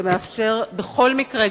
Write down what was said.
שמאפשר בכל מקרה,